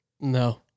No